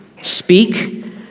Speak